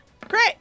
Great